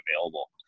available